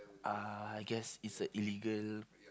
ah I guess it's a illegal